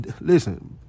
listen